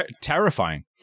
terrifying